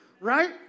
right